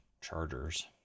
chargers